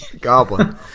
Goblin